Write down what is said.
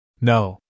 No